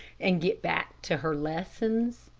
and get back to her lessons.